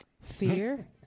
fear